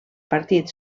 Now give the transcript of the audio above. partit